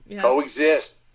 coexist